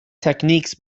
techniques